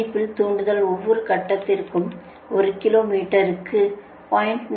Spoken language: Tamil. இணைப்பின் தூண்டுதல் ஒவ்வொரு கட்டத்திற்கும் ஒரு கிலோ மீட்டருக்கு 0